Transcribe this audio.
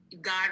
God